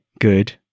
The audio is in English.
Good